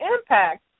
impact